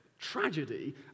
tragedy